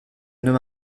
homme